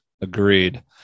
Agreed